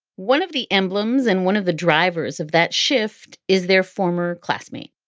one of the emblems and one of the drivers of that shift is their former classmate,